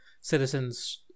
citizens